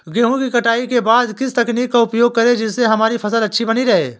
गेहूँ की कटाई के बाद किस तकनीक का उपयोग करें जिससे हमारी फसल अच्छी बनी रहे?